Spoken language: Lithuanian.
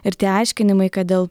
ir tie aiškinimai kad dėl